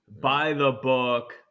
by-the-book